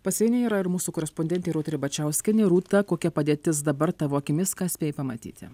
pasieny yra ir mūsų korespondentė rūta ribačiauskienė rūta kokia padėtis dabar tavo akimis ką spėjai pamatyti